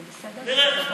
נראה.